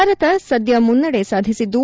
ಭಾರತ ಸದ್ಯ ಮುನ್ನಡೆ ಸಾಧಿಸಿದ್ದು